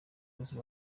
bose